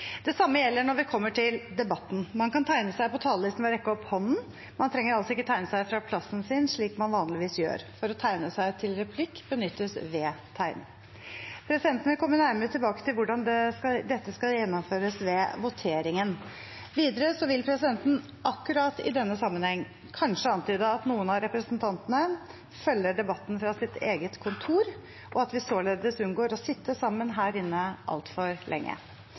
Det samme gjelder når vi kommer til debatten. Man kan tegne seg på talerlisten ved å rekke opp hånden. Man trenger altså ikke tegne seg fra plassen sin, slik man vanligvis gjør. For å tegne seg til replikk benyttes V-tegn. Presidenten vil komme nærmere tilbake til hvordan dette skal gjennomføres ved voteringen. Videre vil presidenten, akkurat i denne sammenheng, kanskje antyde at noen av representantene følger debatten fra sitt eget kontor, og at vi således unngår å sitte sammen her inne altfor lenge.